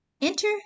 enter